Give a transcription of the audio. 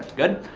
good.